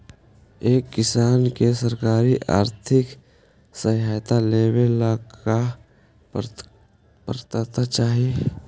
एक किसान के सरकारी आर्थिक सहायता लेवेला का पात्रता चाही?